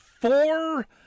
four